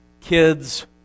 kids